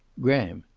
graham!